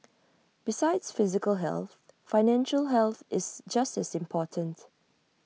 besides physical health financial health is just as important